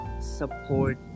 support